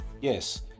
Yes